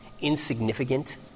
insignificant